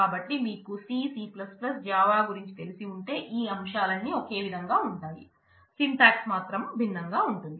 కాబట్టి మీకు C C Java గురించి తెలిసి ఉంటే ఈ అంశాలన్నీ ఒకే విధంగా ఉంటాయి సింటాక్స్ మాత్రం భిన్నంగా ఉంటుంది